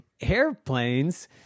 airplanes